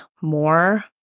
more